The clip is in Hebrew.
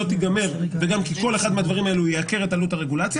שהיא לא תיגמר וגם מכיוון שכל אחד מהדברים האלה ייקר את עלות הרגולציה,